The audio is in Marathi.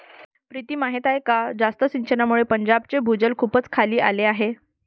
प्रीती माहीत आहे का जास्त सिंचनामुळे पंजाबचे भूजल खूपच खाली आले आहे